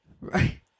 Right